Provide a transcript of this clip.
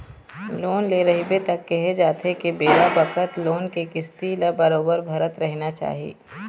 loan ले रहिबे त केहे जाथे के बेरा बखत लोन के किस्ती ल बरोबर भरत रहिना चाही